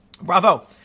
Bravo